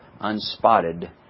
unspotted